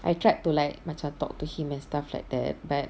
I tried to like macam talk to him and stuff like that but